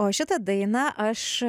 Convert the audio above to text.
o šitą dainą aš